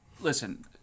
Listen